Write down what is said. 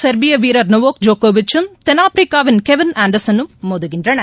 செர்பியவீரர் Novak ஜோகோவிச்சும் தென்னாப்பிரிக்காவின் Kevin இதில் ஆன்டர்ஸனும் மோதுகின்றனர்